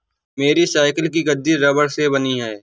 मेरी साइकिल की गद्दी रबड़ से बनी है